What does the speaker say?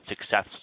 success